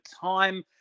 time